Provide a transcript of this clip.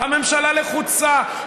הממשלה לחוצה,